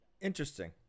Interesting